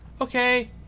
okay